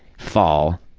fall,